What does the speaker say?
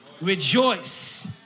Rejoice